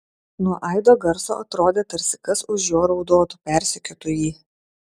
nuo aido garso atrodė tarsi kas už jo raudotų persekiotų jį